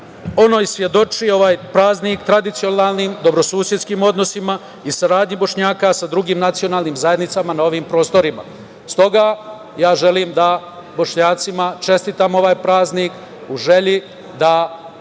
ono i svedoči, ovaj praznik tradicionalnim, dobrosusedskim odnosima i saradnji Bošnjaka sa drugim nacionalnim zajednicama na ovim prostorima. Stoga želim da Bošnjacima čestitam ovaj praznik, u želji da